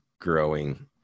growing